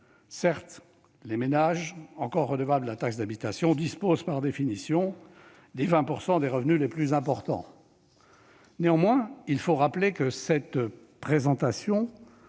Certes, les ménages encore redevables de la taxe d'habitation disposent, par définition, des 20 % de revenus les plus importants. Néanmoins, il faut rappeler que cette présentation